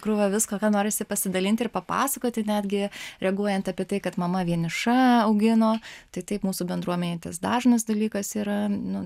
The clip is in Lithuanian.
krūva visko ką norisi pasidalinti ir papasakoti netgi reaguojant apie tai kad mama vieniša augino tai taip mūsų bendruomenėj tas dažnas dalykas yra nu